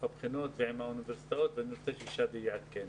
הבחינות ועם האוניברסיטאות ואני רוצה ששאדי יעדכן.